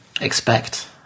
expect